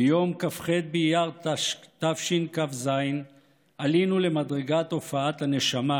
ביום כ"ח באייר התשכ"ז עלינו למדרגת הופעת הנשמה,